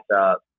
up